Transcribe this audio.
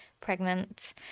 pregnant